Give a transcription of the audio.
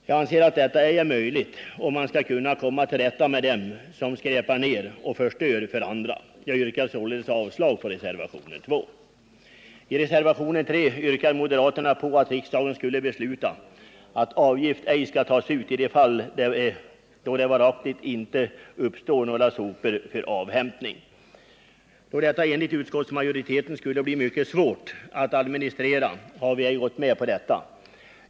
Jag anser inte att detta är möjligt om man skall kunna komma till rätta med dem som skräpar ner och förstör för andra. Jag yrkar avslag på reservationen 2. I reservationen 3 yrkar moderaterna att riksdagen skall besluta att avgift inte skall tagas ut i de fall där det inte varaktigt uppstår några sopor för avhämtning. Då detta enligt utskottsmajoriteten skulle bli mycket svårt att administrera har vi inte gått med på det kravet.